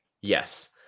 Yes